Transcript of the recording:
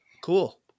Cool